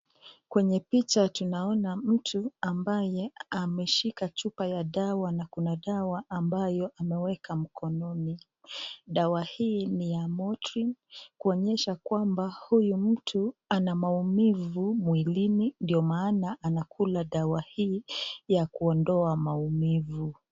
Kwenye picha tunaona mtu ambaye ameshika chupa ya dawa na kuna dawa ambayo ameweka mkononi, dawa hii ni ya motrin, kuonyesha kwamba huyu mtu ana maumivu mwilini ndio maana anakula dawa hii ya kuondoa maumivu.